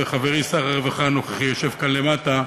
וחברי שר הרווחה הנוכחי יושב כאן למטה.